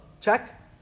Check